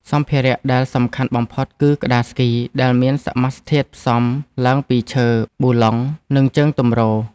សម្ភារៈដែលសំខាន់បំផុតគឺក្ដារស្គី ដែលមានសមាសធាតុផ្សំឡើងពីឈើ ប៊ូឡុង និងជើងទម្រ។